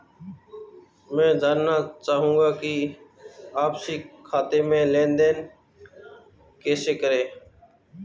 मैं जानना चाहूँगा कि आपसी खाते में लेनदेन कैसे करें?